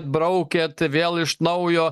braukėt vėl iš naujo